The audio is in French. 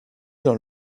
dans